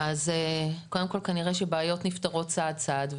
כנראה שבעיות נפתרות צעד-צעד,